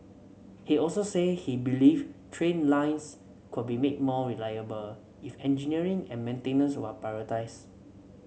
he also said he believed train lines could be made more reliable if engineering and maintenance were prioritised